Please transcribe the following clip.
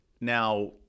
Now